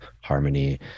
harmony